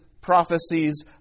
prophecies